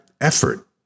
effort